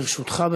לרשותך.